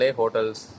hotels